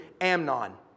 Amnon